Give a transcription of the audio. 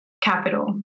capital